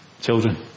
children